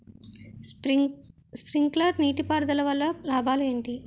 Sprinkler నీటిపారుదల వల్ల లాభాలు ఏంటి?